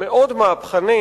מאוד מהפכני